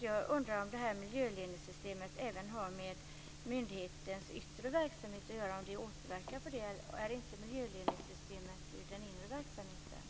Jag undrar om det här miljöledningssystemet även har med myndighetens yttre verksamhet att göra, om det återverkar på den, eller om det gäller den inre verksamheten.